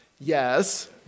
Yes